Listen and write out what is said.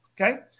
Okay